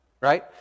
Right